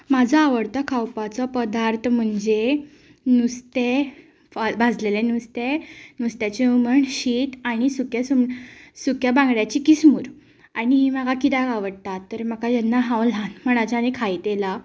म्हाजो आवडतो खावपाचो पदार्थ म्हणजे नुस्तें भाजलेलें नुस्तें नुस्त्याचें हुमण शीत आनी सुकें सुंग सुक्या बांगड्याची किसमूर आनी ही म्हाका कित्याक आवडटा तर म्हाका जेन्ना हांव ल्हानपणाच्यान एक खायत येयलां